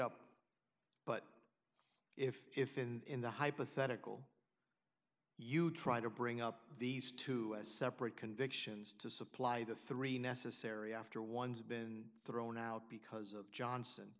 up but if if in the hypothetical you try to bring up these two separate convictions to supply the three necessary after one's been thrown out because of johnson